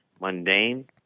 mundane